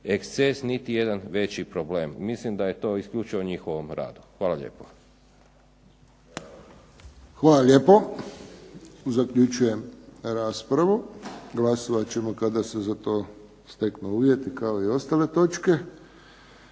eksces, niti jedan veći problem. Mislim da je to isključivo njihovom radu. Hvala lijepo. **Friščić, Josip (HSS)** Hvala lijepo. Zaključujem raspravu. Glasovat ćemo kada se za to steknu uvjeti kao i ostale točke.